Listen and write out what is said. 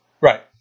Right